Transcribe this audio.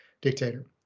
dictator